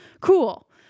cool